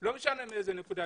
ולא משנה מאיזו נקודה,